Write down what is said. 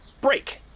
Break